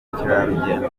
ubukerarugendo